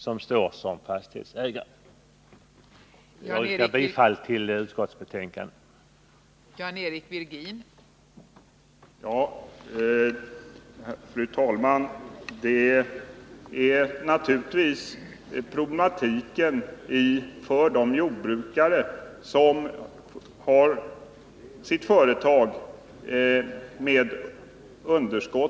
Jag yrkar bifall till utskottets hemställan.